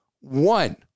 One